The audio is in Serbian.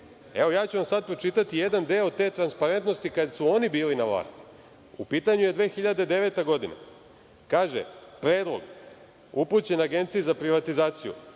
ću vam pročitati jedan deo te transparentnosti kada su ono bili na vlasti. U pitanju je 2009. godina. Kaže – Predlog upućen Agenciji za privatizaciju,